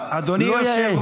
לא יאה.